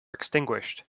extinguished